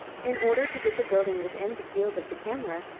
in order to get the building within the field of the camera,